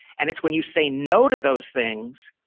and it's when you say no to those things,